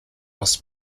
was